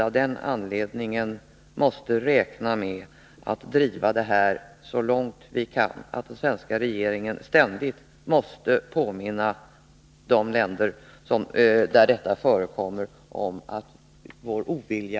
Av den anledningen måste vi räkna med att driva detta så långt vi kan. Den svenska regeringen måste ständigt påminna de länder där förföljelse förekommer om vår ovilja.